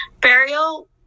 burial